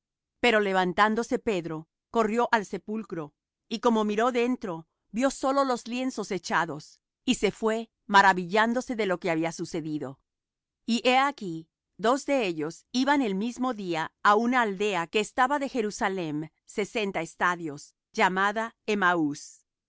pero levantándose pedro corrió al sepulcro y como miró dentro vió solos los lienzos echados y se fué maravillándose de lo que había sucedido y he aquí dos de ellos iban el mismo día á una aldea que estaba de jerusalem sesenta estadios llamada emmaús